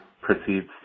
proceeds